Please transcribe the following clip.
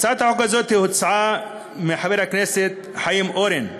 הצעת החוק הזאת הוצעה על-ידי חבר הכנסת חיים אורון,